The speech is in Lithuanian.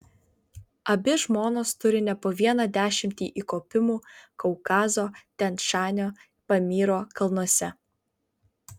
abi žmonos turi ne po vieną dešimtį įkopimų kaukazo tian šanio pamyro kalnuose